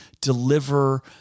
deliver